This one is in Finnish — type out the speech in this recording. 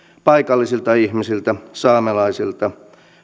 paikallisilta ihmisiltä saamelaisilta